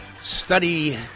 study